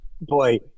boy